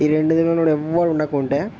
ఈరెండు తెలినోడు ఎవ్వడూ ఉండకుండే